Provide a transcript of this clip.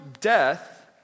death